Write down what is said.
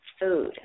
food